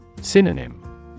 Synonym